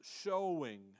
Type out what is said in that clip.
showing